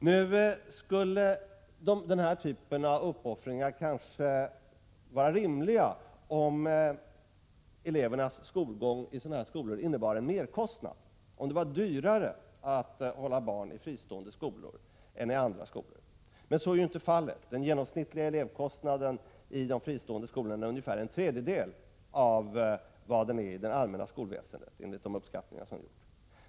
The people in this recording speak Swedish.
57 Den här typen av uppoffringar skulle kanske vara rimliga om elevernas skolgång i fristående skolor innebar en merkostnad, dvs. om det var dyrare att hålla barn i fristående skolor än i andra skolor. Men så är inte fallet. Den genomsnittliga elevkostnaden i de fristående skolorna är ungefär en tredjedel av vad den är i det allmänna skolväsendet enligt de uppskattningar som gjorts.